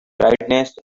brightness